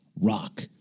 rock